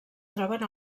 troben